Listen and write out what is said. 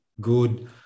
good